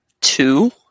Two